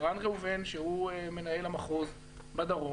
ערן ראובן, שהוא מנהל המחוז בדרום.